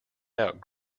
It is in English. out